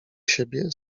siebie